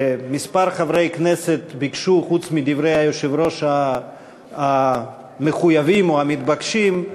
חוץ מדברי היושב-ראש המחויבים או המתבקשים,